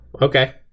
Okay